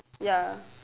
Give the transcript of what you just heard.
ya